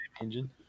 engine